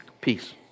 Peace